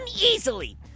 easily